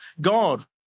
God